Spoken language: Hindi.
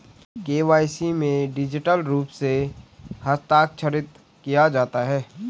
के.वाई.सी में डिजिटल रूप से हस्ताक्षरित किया जाता है